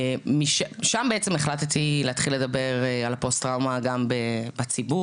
שם בעצם החלטתי להתחיל לדבר על הפוסט טראומה גם בציבור,